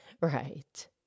Right